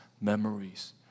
memories